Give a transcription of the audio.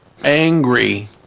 angry